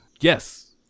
Yes